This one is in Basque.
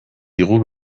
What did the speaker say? digu